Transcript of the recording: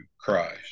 Christ